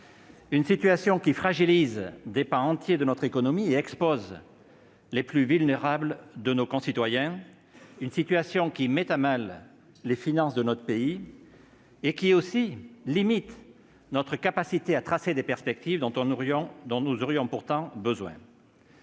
Cette situation fragilise des pans entiers de notre économie et expose les plus vulnérables de nos concitoyens, elle met à mal les finances de notre pays et limite notre capacité à tracer les perspectives dont nous aurions pourtant besoin.